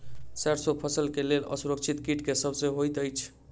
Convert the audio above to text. सैरसो फसल केँ लेल असुरक्षित कीट केँ सब होइत अछि?